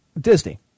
Disney